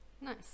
Nice